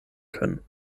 können